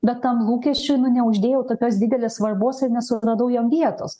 bet tam lūkesčiui nu neuždėjau tokios didelės svarbos ir nesuradau jom vietos